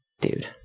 Dude